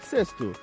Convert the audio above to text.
Sexto